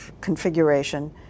configuration